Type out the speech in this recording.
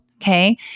okay